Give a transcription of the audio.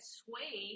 sway